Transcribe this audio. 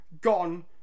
gone